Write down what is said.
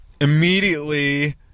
immediately